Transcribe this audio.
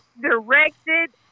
directed